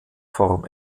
form